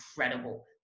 incredible